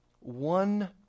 One